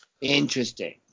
interesting